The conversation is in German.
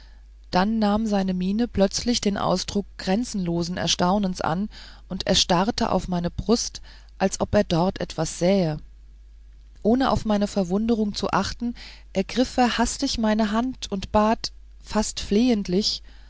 da nahm seine miene plötzlich den ausdruck grenzenlosen erstaunens an und er starrte auf meine brust als ob er dort etwas sähe ohne auf meine verwunderung zu achten ergriff er hastig meine hand und bat fast flehentlich